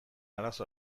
arazo